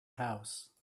house